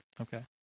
Okay